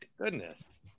Goodness